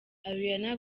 ariana